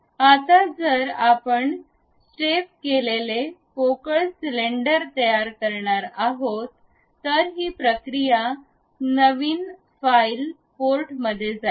आता जर आपण स्टेप केलेले पोकळ सिलेंडर तयार करणार आहोत तर ही प्रक्रिया नवीन फाईल पार्ट मध्ये जाईल